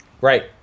Right